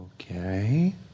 Okay